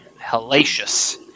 hellacious